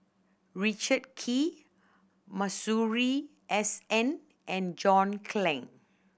Richard Kee Masuri S N and John Clang